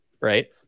right